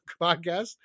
podcast